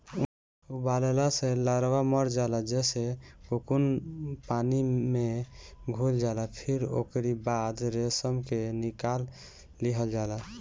उबालला से लार्वा मर जाला जेसे कोकून पानी में घुल जाला फिर ओकरी बाद रेशम के निकाल लिहल जाला